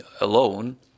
alone